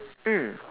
mm